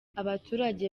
abaturage